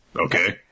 Okay